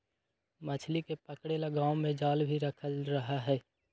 मछली के पकड़े ला गांव में जाल भी रखल रहा हई